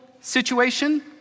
situation